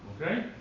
okay